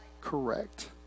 correct